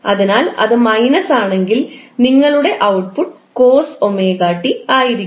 അതിനാൽ അത് മൈനസ് ആണെങ്കിൽ നിങ്ങളുടെ ഔട്ട്പുട്ട് −cos 𝜔𝑡 ആയിരിക്കും